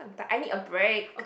but I need a break